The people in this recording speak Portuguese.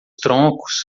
troncos